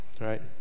right